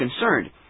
concerned